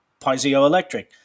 piezoelectric